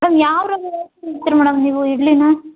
madam ಯಾವ madam ನೀವು ಇಡ್ಲಿನ